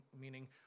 meaning